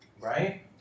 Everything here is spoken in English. Right